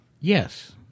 Yes